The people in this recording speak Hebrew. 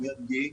הכנסת מרגי,